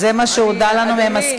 זה מה שהודיעו לנו מהמזכירות.